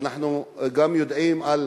ואנחנו גם יודעים על